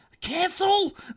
cancel